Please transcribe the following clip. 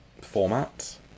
format